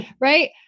right